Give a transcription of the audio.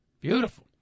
Beautiful